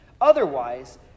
Otherwise